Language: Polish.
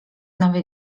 nowej